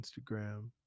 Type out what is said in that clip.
Instagram